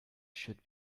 should